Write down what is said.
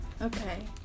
Okay